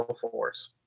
force